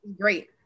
great